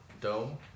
dome